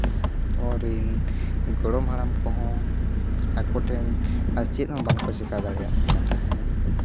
ᱟᱵᱚᱨᱤᱱ ᱜᱚᱲᱚᱢ ᱦᱟᱲᱟᱢ ᱠᱚᱦᱚᱸ ᱟᱠᱚ ᱴᱷᱮᱱ ᱟᱨ ᱪᱮᱫ ᱦᱚᱸ ᱵᱟᱝᱠᱚ ᱪᱤᱠᱟ ᱫᱟᱲᱮᱭᱟᱫ ᱠᱟᱱᱟ ᱛᱟᱦᱮᱸᱫ